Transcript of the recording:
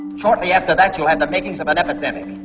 shortly after that, you'll have the makings of an epidemic